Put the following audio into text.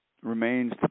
remains